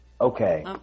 okay